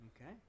Okay